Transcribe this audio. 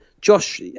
Josh